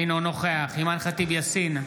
אינו נוכח אימאן ח'טיב יאסין,